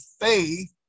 faith